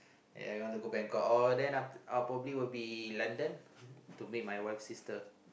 ya we wanna go Bangkok or then after will probably be London to meet my wife sister